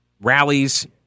rallies